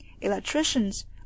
electricians